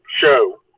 show